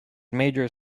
major